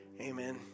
Amen